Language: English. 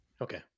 Okay